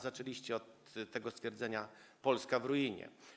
Zaczęliście od stwierdzenia: Polska w ruinie.